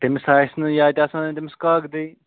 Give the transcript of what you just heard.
تٔمِس آسہِ نہٕ یا تہِ آسَن نہِ تٔمِس کاکدٕے